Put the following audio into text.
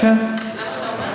זה מה שאתה אומר?